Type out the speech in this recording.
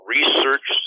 Research